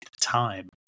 time